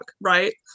Right